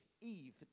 Eve